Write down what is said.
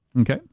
Okay